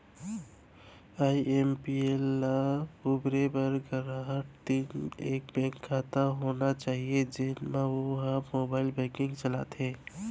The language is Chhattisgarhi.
आई.एम.पी.एस ल बउरे बर गराहक तीर एक बेंक खाता होना चाही जेन म वो ह मोबाइल बेंकिंग चलाथे